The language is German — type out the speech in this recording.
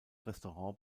restaurant